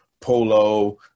polo